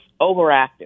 overactive